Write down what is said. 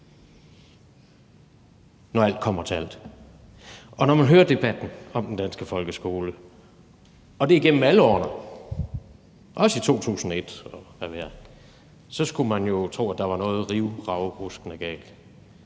når alt kommer til alt. Og når man hører debatten om den danske folkeskole – og det er igennem alle årene, også i 2001 – skulle man jo tro, at der var noget rivravruskende galt.